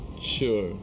Sure